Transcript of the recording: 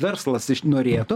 verslas norėtų